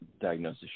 diagnosis